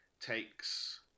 takes